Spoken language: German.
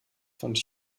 fand